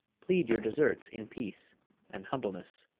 plead your deserts in peace and humbleness.